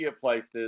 places